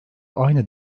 aynı